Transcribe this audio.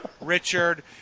Richard